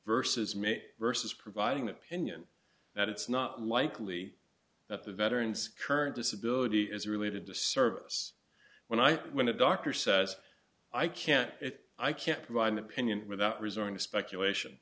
versus may versus providing opinion that it's not likely that the veterans current disability is related to service when i when a doctor says i can't if i can't provide an opinion without resorting to speculation